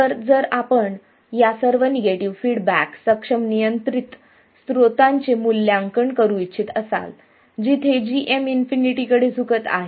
तर जर आपण या सर्व निगेटिव्ह फीडबॅक सक्षम नियंत्रित स्रोतांचे मूल्यांकन करू इच्छित असाल जिथे gm इन्फिनिटी कडे झुकत आहे